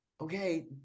okay